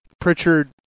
Pritchard